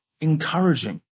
encouraging